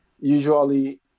Usually